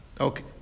Okay